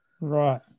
Right